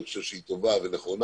אני חושב שהיא טובה ונכונה.